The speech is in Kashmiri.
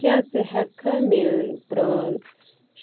کیٛاہ ژٕ ہیٚکہِ کھا میٛٲنۍ پرٛان